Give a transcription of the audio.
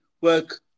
work